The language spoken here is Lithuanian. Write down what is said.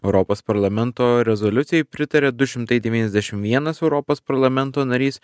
europos parlamento rezoliucijai pritarė du šimtai devyniasdešim vienas europos parlamento narys